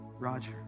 Roger